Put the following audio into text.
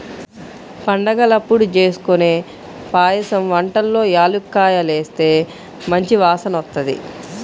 పండగలప్పుడు జేస్కొనే పాయసం వంటల్లో యాలుక్కాయాలేస్తే మంచి వాసనొత్తది